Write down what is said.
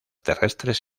terrestres